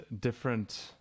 different